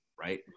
right